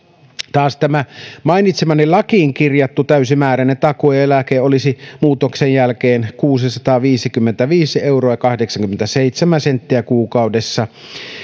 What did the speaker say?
taas mainitsemani lakiin kirjattu täysimääräinen takuueläke olisi muutoksen jälkeen kuusisataaviisikymmentäviisi euroa kahdeksankymmentäseitsemän senttiä kuukaudessa